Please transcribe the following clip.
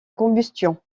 combustion